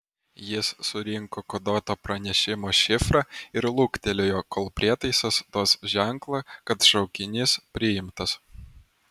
jis surinko koduoto pranešimo šifrą ir luktelėjo kol prietaisas duos ženklą kad šaukinys priimtas